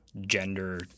gender